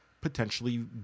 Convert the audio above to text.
potentially